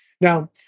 now